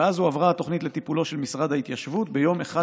ואז הועברה התוכנית לטיפולו של משרד ההתיישבות ביום 1